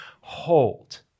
hold